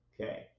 Okay